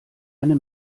eine